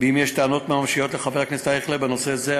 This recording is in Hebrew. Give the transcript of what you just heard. אם יש לחבר הכנסת אייכלר טענות ממשיות בנושא זה,